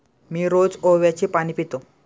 मी रोज ओव्याचे पाणी पितो